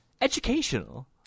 Educational